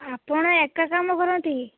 ଆପଣ ଏକା କାମ କରନ୍ତି କି